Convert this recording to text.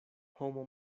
homo